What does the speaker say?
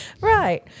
Right